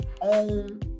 own